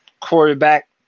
quarterback